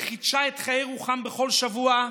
וחדשה את חיי רוחם בכל שבוע,